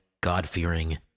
God-fearing